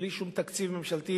בלי שום תקציב ממשלתי